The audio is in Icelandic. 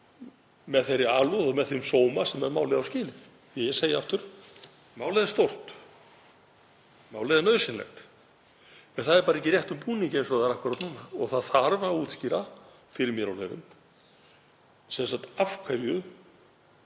með þeirri alúð og með þeim sóma sem það á skilið. Ég segi aftur: Málið er stórt, málið er nauðsynlegt, en það er bara ekki í réttum búningi eins og það er akkúrat núna og það þarf að útskýra fyrir mér og fleirum af hverju